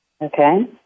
Okay